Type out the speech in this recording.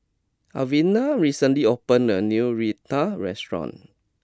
Alvena recently opened a new Raita restaurant